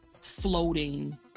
floating